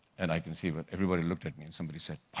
and i could see but everybody looked at me, and somebody said,